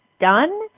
done